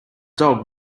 dog